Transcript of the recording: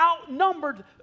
outnumbered